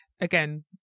again